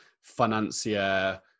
financier